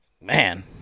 man